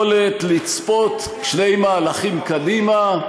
יכולת לצפות שני מהלכים קדימה.